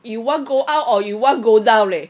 you want go out or you want go down leh